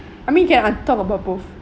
I mean you can an~ talk about both